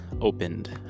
opened